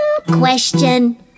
question